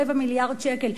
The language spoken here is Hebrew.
של רבע מיליארד שקל.